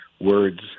words